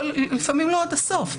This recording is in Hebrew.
אבל לפעמים לא עד הסוף.